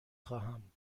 خواهم